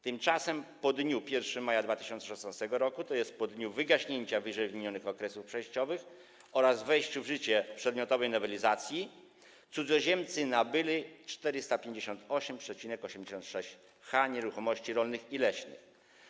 Tymczasem po dniu 1 maja 2016 r., tj. po dniu wygaśnięcia ww. okresów przejściowych oraz wejściu w życie przedmiotowej nowelizacji, cudzoziemcy nabyli 458,86 ha nieruchomości rolnych i leśnych.